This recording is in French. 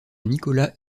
nicolas